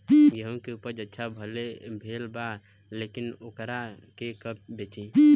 गेहूं के उपज अच्छा भेल बा लेकिन वोकरा के कब बेची?